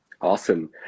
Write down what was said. awesome